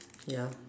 ya